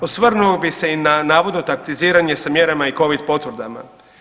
Osvrnuo bih se i na navodno taktiziranje sa mjerama i covid potvrdama.